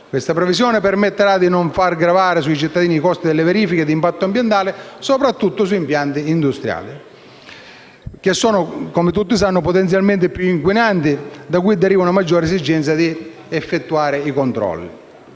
Questa previsione permetterà di non far gravare sui cittadini i costi delle verifiche di impatto ambientale soprattutto sugli impianti industriali, che sono - come tutti sanno - potenzialmente più inquinanti e da cui deriva una maggiore esigenza di effettuazione dei controlli.